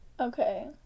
Okay